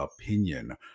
opinion